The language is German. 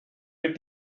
mit